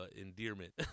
endearment